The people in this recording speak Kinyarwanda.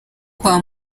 kwa